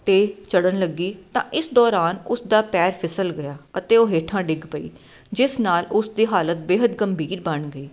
'ਤੇ ਚੜ੍ਹਨ ਲੱਗੀ ਤਾਂ ਇਸ ਦੌਰਾਨ ਉਸ ਦਾ ਪੈਰ ਫਿਸਲ ਗਿਆ ਅਤੇ ਉਹ ਹੇਠਾਂ ਡਿੱਗ ਪਈ ਜਿਸ ਨਾਲ ਉਸ ਦੀ ਹਾਲਤ ਬੇਹਦ ਗੰਭੀਰ ਬਣ ਗਈ